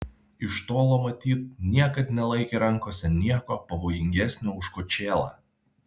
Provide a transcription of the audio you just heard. iš tolo matyt niekad nelaikė rankose nieko pavojingesnio už kočėlą